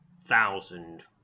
thousand